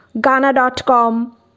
ghana.com